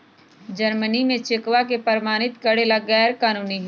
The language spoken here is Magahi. जर्मनी में चेकवा के प्रमाणित करे ला गैर कानूनी हई